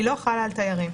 לא על תיירים.